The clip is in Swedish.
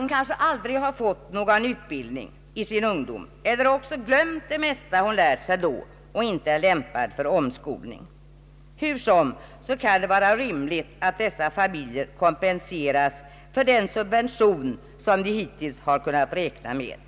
hon kanske aldrig har fått någon utbildning i sin ungdom eller också glömt det mesta av det hon lärde sig då och inte heller är lämpad för omskolning. Hur som helst kan det vara rimligt att dessa familjer kompenseras för den subvention som de hittills har kunnat räkna med.